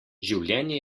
življenje